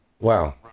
Wow